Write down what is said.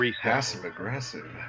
Passive-aggressive